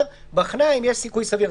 אלא אומרים: "בחנה אם יש סיכוי סביר".